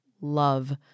love